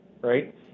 right